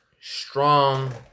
strong